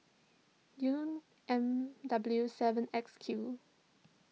U M W seven X Q